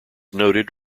noted